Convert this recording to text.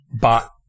But-